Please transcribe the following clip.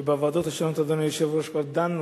ובוועדות השונות, אדוני היושב-ראש, כבר דנו